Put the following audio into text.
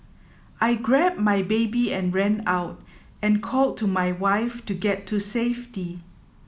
I grabbed my baby and ran out and called to my wife to get to safety